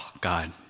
God